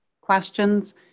questions